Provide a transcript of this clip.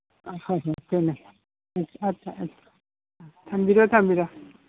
ꯑꯥ ꯍꯣꯏ ꯍꯣꯏ ꯊꯝꯕꯤꯔꯣ ꯊꯝꯕꯤꯔꯣ